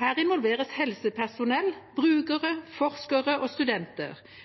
Her involveres helsepersonell,